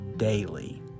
daily